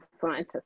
scientists